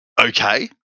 Okay